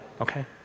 okay